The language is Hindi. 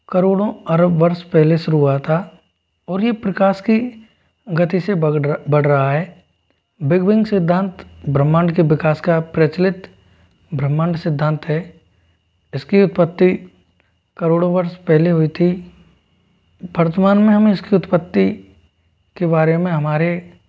करोड़ों अरब वर्ष पहले शुरू हुआ था और ये प्रकाश की गति से बग बढ़ रहा है बिग बेंग सिद्धांत ब्रह्मांड के विकास का प्रचलित ब्रह्मांड सिद्धांत है इस की उत्पत्ति करोड़ों वर्ष पहले हुई थी वर्तमान में हम इस की उत्पत्ति के बारे में हमारे